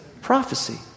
prophecy